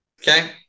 Okay